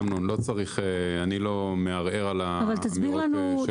אמנון, אני לא מערער על האמירות שלכם.